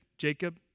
Jacob